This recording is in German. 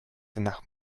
nach